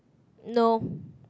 no